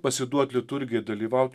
pasiduot liturgijai dalyvaut